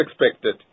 expected